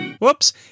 Whoops